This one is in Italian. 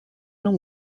non